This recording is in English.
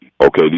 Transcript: Okay